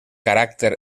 caràcter